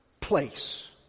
place